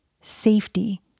safety